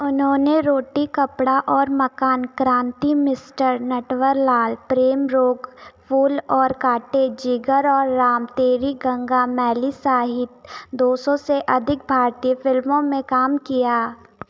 उन्होंने रोटी कपड़ा और मकान क्रांति मिस्टर नटवरलाल प्रेम रोग फूल और कांटे जिगर और राम तेरी गंगा मैली सहित दो सौ से अधिक भारतीय फिल्मों में काम किया